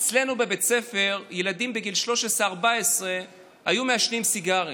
אצלנו בבית הספר ילדים בגיל 14-13 עישנו סיגריות,